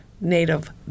native